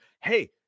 hey